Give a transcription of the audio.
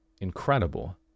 Incredible